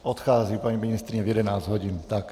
Odchází paní ministryně v jedenáct hodin, tak.